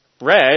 Red